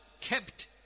kept